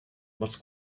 was